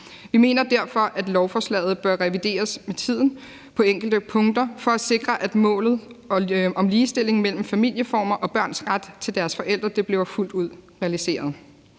Vi mener derfor, at lovforslaget med tiden bør revideres på enkelte punkter for at sikre, at målet om ligestilling mellem familieformer og børns ret til deres forældre bliver fuldt ud realiseret.